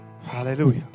Hallelujah